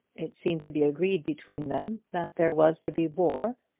it seemed to be agreed between them that there was to be war,